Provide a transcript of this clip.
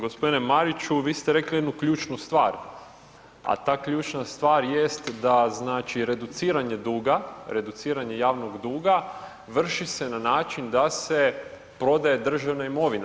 Gospodine Mariću vi ste rekli jednu ključnu stvar, a ta ključna stvar jest da znači reduciranje duga, reduciranje javnog duga vrši se na način da se prodaje državna imovina.